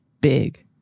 big